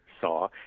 saw